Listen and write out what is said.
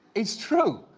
it's true.